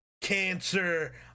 cancer